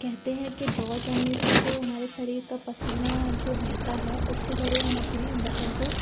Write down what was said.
कहते हैं कि दौड़ करने से जो हमारे शरीर का पसीना जो बहता है उसके ज़रिए हम अपने वज़न को